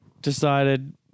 decided